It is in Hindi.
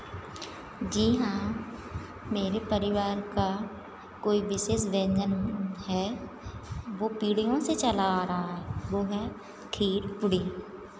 जी हाँ मेरे परिवार का कोई विशेष व्यंजन है वो पीढ़ियों से चला आ रहा है वो है खीर पूड़ी